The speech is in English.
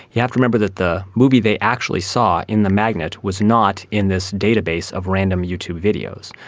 you have to remember that the movie they actually saw in the magnet was not in this database of random youtube videos.